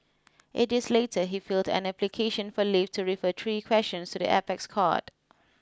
eight days later he filled an application for leave to refer three questions to the apex court